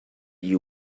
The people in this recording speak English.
you